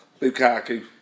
Lukaku